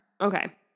Okay